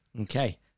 Okay